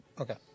Okay